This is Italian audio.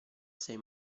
sei